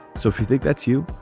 so if you think that's u